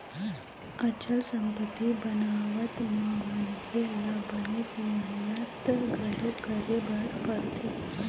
अचल संपत्ति बनावत म मनखे ल बनेच मेहनत घलोक करे बर परथे